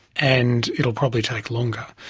and it'll probably take longer.